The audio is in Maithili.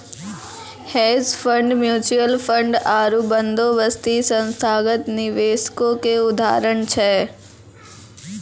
हेज फंड, म्युचुअल फंड आरु बंदोबस्ती संस्थागत निवेशको के उदाहरण छै